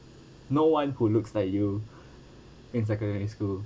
no one who looks like you in secondary school